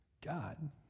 God